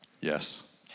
Yes